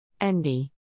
envy